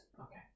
Okay